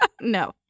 no